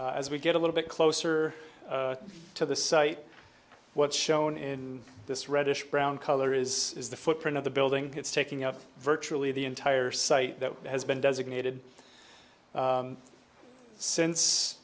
as we get a little bit closer to the site what's shown in this reddish brown color is is the footprint of the building it's taking up virtually the entire site that has been designated since